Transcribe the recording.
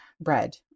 bread